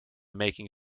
making